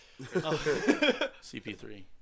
CP3